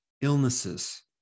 illnesses